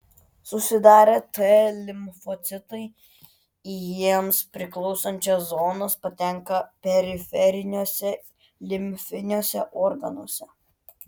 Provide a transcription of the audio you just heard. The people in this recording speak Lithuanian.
susidarę t limfocitai į jiems priklausančias zonas patenka periferiniuose limfiniuose organuose